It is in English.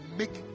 make